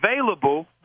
available